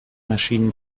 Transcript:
maschinen